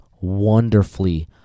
wonderfully